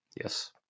Yes